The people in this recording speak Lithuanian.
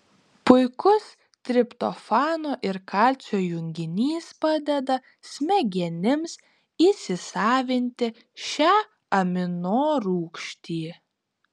puikus triptofano ir kalcio junginys padeda smegenims įsisavinti šią aminorūgštį